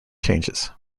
changes